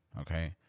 okay